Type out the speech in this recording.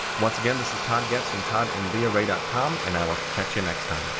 once again, this is todd getts from toddandleahrae com, and i will catch you next time.